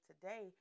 today